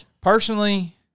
personally